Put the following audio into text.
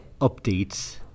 updates